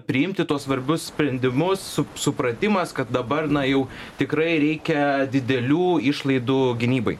priimti tuos svarbius sprendimus su supratimas kad dabar na jau tikrai reikia didelių išlaidų gynybai